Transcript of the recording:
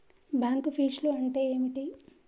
Bank ఫీజ్లు అంటే ఏమిటి?